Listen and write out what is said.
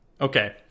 okay